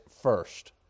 first